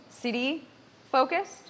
city-focused